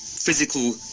Physical